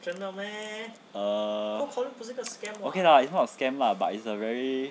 okay lah it's not a scam lah but it's a very